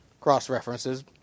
cross-references